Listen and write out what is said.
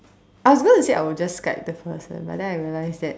I was gonna say I would just Skype the person but then I realised that